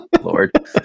Lord